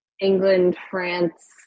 England-France